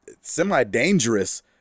semi-dangerous